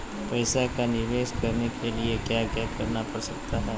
पैसा का निवेस करने के लिए क्या क्या करना पड़ सकता है?